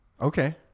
Okay